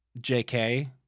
JK